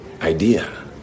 idea